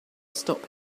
stop